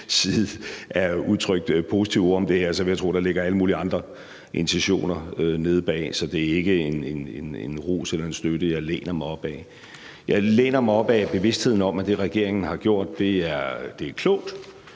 side er udtrykt positive ord om det her, så ligger der alle mulige andre intentioner bag – det vil jeg tro. Så det er ikke en ros eller en støtte, jeg læner mig op ad. Jeg læner mig op ad bevidstheden om, at det, regeringen har gjort, er klogt.